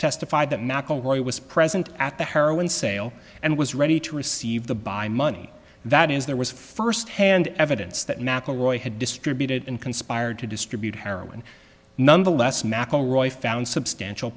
testified that not only was present at the heroin sale and was ready to receive the by money that is there was first hand evidence that mcelroy had distributed and conspired to distribute heroin nonetheless mcelroy found substantial